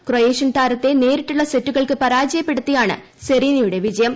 Croatian താരത്തെ നേരിട്ടുള്ള സെറ്റുകൾക്ക് പരാജയപ്പെടുത്തിയാണ് സെറീനയുടെ വിജയം